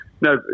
no